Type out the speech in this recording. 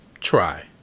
try